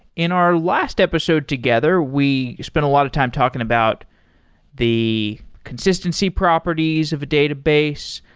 in our last episode together, we spent a lot of time talking about the consistency properties of a database,